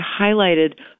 highlighted